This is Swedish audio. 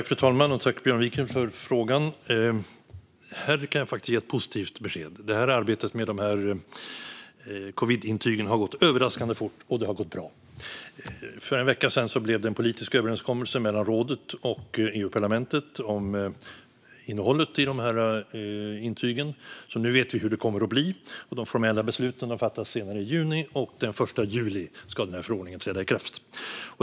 Fru talman! Tack, Björn Wiechel, för frågan! Här kan jag faktiskt ge ett positivt besked. Arbetet med covidintygen har gått överraskande fort, och det har gått bra. För en vecka sedan blev det en politisk överenskommelse mellan rådet och EU-parlamentet om innehållet i de här intygen, så nu vet vi hur det kommer att bli. De formella besluten fattas redan i juni, och den 1 juli ska förordningen träda i kraft.